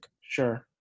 Sure